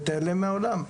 ותעלם מהעולם.